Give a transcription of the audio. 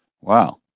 Wow